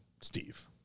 Steve